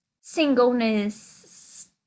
singleness